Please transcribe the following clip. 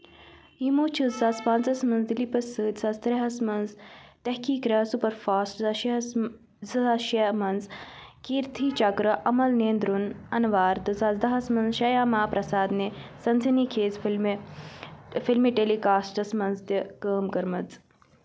یِمَو چھُ زٕ ساس پانژَس منٛز دِلیپَس سۭتۍ، زٕ ساس تریٚیس منٛز تھیکیکرا سپر فاسٹ ، زٕ ساس شہس زٕ ساس شیٚے منٛز کیرتھی چکرا، امل نیردُن انور، تہٕ زٕ ساس دَہَس منٛز شیاما پرساد نہِ سنسنی خیز فِلم ٹیٚلکاسٹس منٛز تہِ کٲم کٔرمٕژ